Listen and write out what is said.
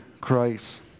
Christ